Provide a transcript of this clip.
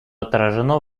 отражено